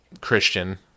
Christian